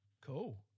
Cool